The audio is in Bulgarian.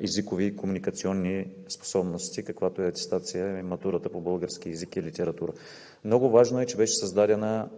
езикови и комуникационни способности, каквато атестация е матурата по български език и литература. Много е важно, че беше създадена